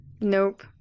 Nope